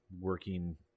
working